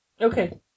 Okay